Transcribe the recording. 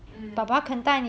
um